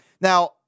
Now